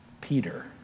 Peter